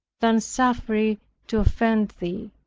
than suffer it to offend thee.